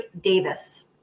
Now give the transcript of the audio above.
Davis